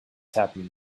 happened